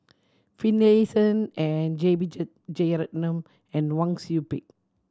Finlayson and J B Jeyaretnam and Wang Sui Pick